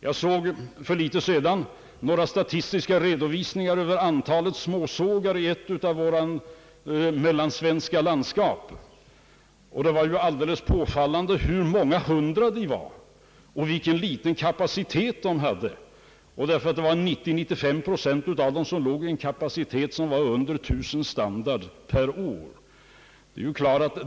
Jag såg för kort tid sedan några statistiska redovisningar över antalet småsågar i ett av-våra mellansvenska landskap. Det var påfallande hur många hundra de var och vilken liten kapacitet de hade. Hela 90—935 procent av dem hade en kapacitet som låg under 1000 standards per år.